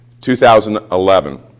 2011